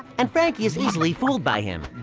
and frankie is easily fooled by him!